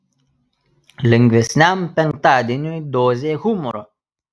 lengvesniam penktadieniui dozė humoro